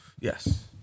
Yes